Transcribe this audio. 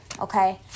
okay